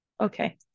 Okay